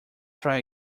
try